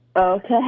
okay